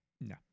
No